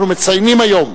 אנחנו מציינים היום